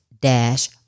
dash